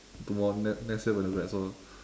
two more next next year gonna grad so